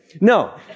No